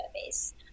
service